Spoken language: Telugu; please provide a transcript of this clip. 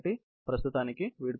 కాబట్టి ప్రస్తుతానికి వీడ్కోలు